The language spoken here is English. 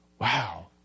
wow